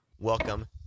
Welcome